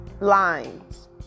lines